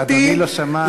אדוני לא שמע,